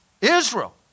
Israel